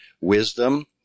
wisdom